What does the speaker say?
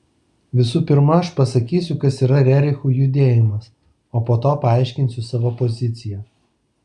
visų pirma aš pasakysiu kas yra rerichų judėjimas o po to paaiškinsiu savo poziciją